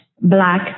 black